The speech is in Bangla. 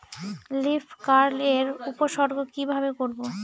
লিফ কার্ল এর উপসর্গ কিভাবে করব?